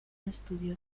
estudió